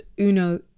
uno